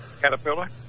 Caterpillar